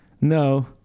No